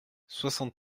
soixante